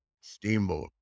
steamboat